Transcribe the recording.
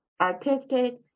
artistic